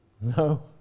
No